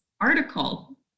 article